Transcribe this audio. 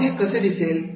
मग हे कसे दिसेल